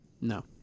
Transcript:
No